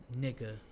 nigga